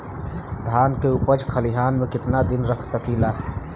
धान के उपज खलिहान मे कितना दिन रख सकि ला?